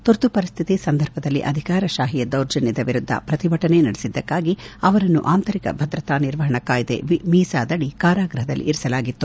ತುರ್ತು ಪರಿಸ್ಥಿತಿ ಸಂದರ್ಭದಲ್ಲಿ ಅಧಿಕಾರಶಾಹಿಯ ದೌರ್ಜನ್ಯದ ವಿರುದ್ದ ಪ್ರತಿಭಟನೆ ನಡೆಸಿದ್ದಕ್ಕಾಗಿ ಅವರನ್ನು ಆಂತರಿಕ ಭದ್ರತಾ ನಿರ್ವಹಣಾ ಕಾಯ್ದೆ ಮೀಸಾದಡಿ ಕಾರಾಗ್ಬಹದಲ್ಲಿ ಇರಿಸಲಾಗಿತ್ತು